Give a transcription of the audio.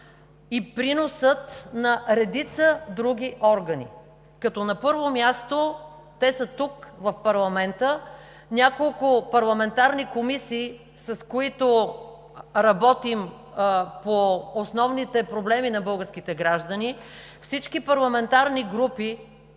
и приносът на редица други органи, като на първо място те са тук, в парламента – няколко парламентарни комисии, с които работим по основните проблеми на българските граждани, всички парламентарни групи,